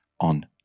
on